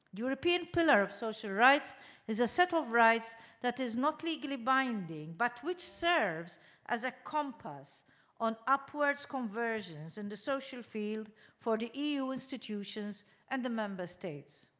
european pillar of social rights is a set of rights that is not legally binding, but which serves as a compass on upwards conversions in the social field for the eu institutions and member states.